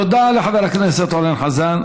תודה לחבר הכנסת אורן חזן.